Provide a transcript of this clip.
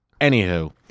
Anywho